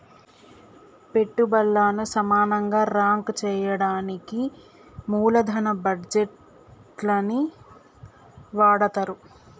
పెట్టుబల్లను సమానంగా రాంక్ చెయ్యడానికి మూలదన బడ్జేట్లని వాడతరు